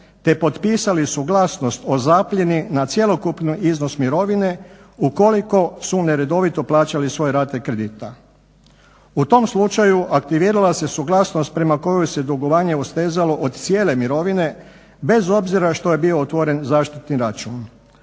te potpisali suglasnost o zaplijeni na cjelokupni iznos mirovine ukoliko su neredovito plaćali svoje rate kredita. U tom slučaju aktivirala se suglasnost prema kojoj se dugovanje ustezalo od cijele mirovine, bez obzira što je bio otvoren zaštitni račun.